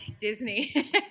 Disney